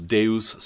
Deus